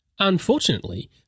Unfortunately